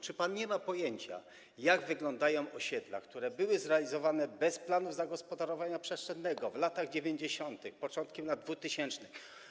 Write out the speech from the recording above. Czy pan nie ma pojęcia, jak wyglądają osiedla, które zostały zrealizowane bez planów zagospodarowania przestrzennego w latach 90., na początku lat dwutysięcznych?